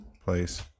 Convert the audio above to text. place